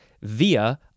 via